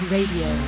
Radio